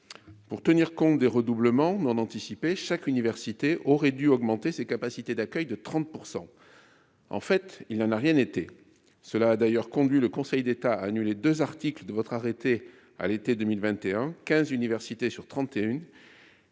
pour tenir compte des redoublements en anticiper chaque université aurait dû augmenter ses capacités d'accueil de 30 % en fait il n'en a rien été, cela a d'ailleurs conduit le Conseil d'État a annulé 2 articles de votre arrêté à l'été 2021 15 universités sur 31